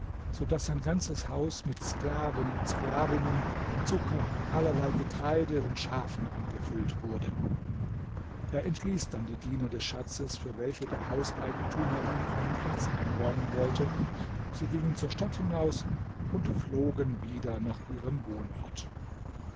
so daß sein ganzes haus mit sklaven und sklavinnen zucker allerlei getreide und schafen angefüllt wurde er entließ dann die diener des schatzes für welche der hauseigentümer ihm einen platz einräumen wollte sie gingen zur stadt hinaus und flogen wieder nach ihrem wohnort